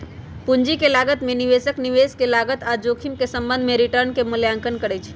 पूंजी के लागत में निवेशक निवेश के लागत आऽ जोखिम के संबंध में रिटर्न के मूल्यांकन करइ छइ